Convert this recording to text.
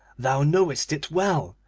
thou knowest it well.